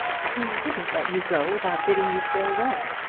he wouldn't let you go without bidding you farewell,